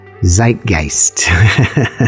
Zeitgeist